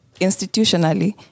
institutionally